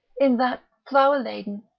in that flower-laden,